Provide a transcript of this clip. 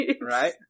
Right